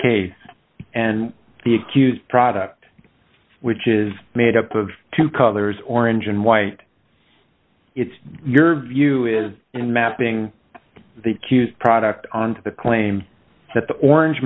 case and the accused product which is made up of two colors orange and white it's your view is in mapping the qs product on to the claim that the orange